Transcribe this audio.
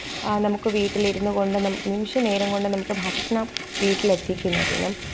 നമുക്ക് വീട്ടിലിരുന്നു കൊണ്ട് നിമിഷ നേരം കൊണ്ട് നമുക്ക് ഭക്ഷണം വീട്ടിലെത്തിക്കുന്നതിനും